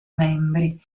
membri